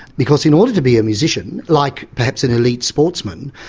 because in order to be a musician, like perhaps an elite sportsman,